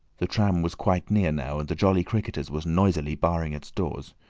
the tram was quite near now, and the jolly cricketers was noisily barring its doors.